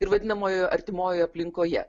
ir vadinamoje artimoje aplinkoje